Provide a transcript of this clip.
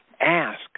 ask